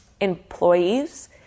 employees